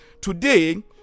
today